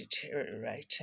deteriorating